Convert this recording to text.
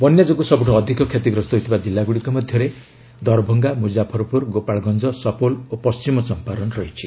ବନ୍ୟା ଯୋଗୁଁ ସବୁଠୁ ଅଧିକ କ୍ଷତିଗ୍ରସ୍ତ ହୋଇଥିବା ଜିଲ୍ଲାଗୁଡ଼ିକ ମଧ୍ୟରେ ଦରଭଙ୍ଗା ମୁଜାଫରପୁର ଗୋପାଳଗଞ୍ଜ ସପଉଲ ଓ ପଶ୍ଚିମ ଚମ୍ପାରନ୍ ରହିଛି